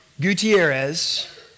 Gutierrez